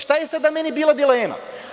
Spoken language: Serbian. Šta je sada meni bila dilema?